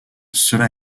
cela